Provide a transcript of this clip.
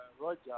Roger